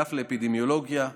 האגף לאפידמיולוגיה,